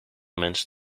mensen